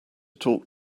talk